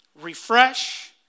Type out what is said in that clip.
refresh